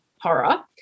horror